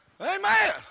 Amen